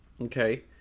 okay